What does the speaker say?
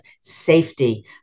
safety